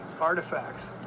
artifacts